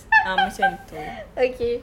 okay